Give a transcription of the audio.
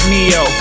Neo